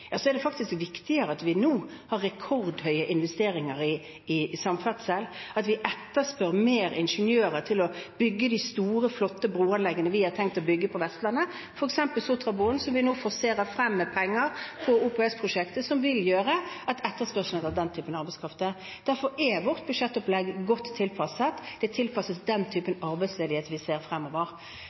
er det faktisk viktigere at vi nå har rekordhøye investeringer i samferdsel, og at vi etterspør flere ingeniører til å bygge de store, flotte broanleggene vi har tenkt å bygge på Vestlandet, f.eks. Sotrabroen, som vi nå forserer med penger på OPS-prosjektet, som vil gjøre at etterspørselen etter den typen arbeidskraft øker. Derfor er vårt budsjettopplegg godt tilpasset; det er tilpasset den typen arbeidsledighet vi ser fremover.